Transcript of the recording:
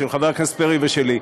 של חבר הכנסת פרי ושלי.